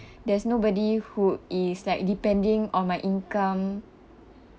there's nobody who is like depending on my income